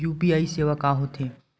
UPI सेवा का होथे?